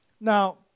Now